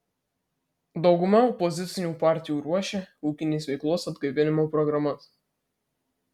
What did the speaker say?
dauguma opozicinių partijų ruošia ūkinės veiklos atgaivinimo programas